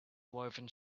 woven